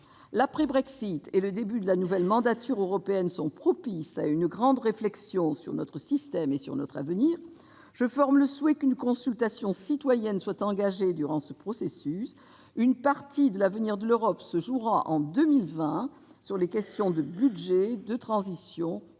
L'après-Brexit et le début de la nouvelle mandature européenne sont propices à une grande réflexion sur notre système et sur notre avenir. Je forme le souhait qu'une consultation citoyenne soit engagée durant le processus. Une partie de l'avenir de l'Europe se jouera en 2020 sur les questions du budget et de la transition, ainsi